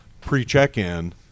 pre-check-in